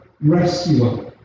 rescuer